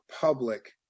public